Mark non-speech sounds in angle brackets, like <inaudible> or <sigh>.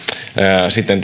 sitten <unintelligible>